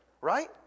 right